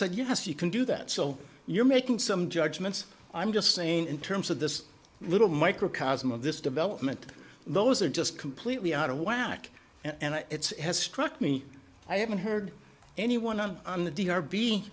said yes you can do that so you're making some judgments i'm just saying in terms of this little microcosm of this development those are just completely out of whack and it's has struck me i haven't heard anyone on the